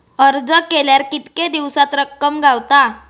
अर्ज केल्यार कीतके दिवसात रक्कम गावता?